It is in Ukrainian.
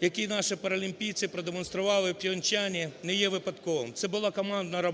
які наші паралімпійці продемонстрували в Пхьончхані, не є випадковим, це була командна.